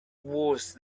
worse